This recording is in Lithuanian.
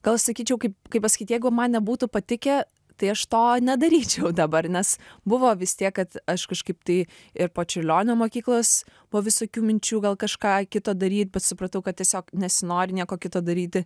gal sakyčiau kaip kaip pasakyt jeigu man nebūtų patikę tai aš to nedaryčiau dabar nes buvo vis tiek kad aš kažkaip tai ir po čiurlionio mokyklos buvo visokių minčių gal kažką kito daryt bet supratau kad tiesiog nesinori nieko kito daryti